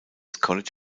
college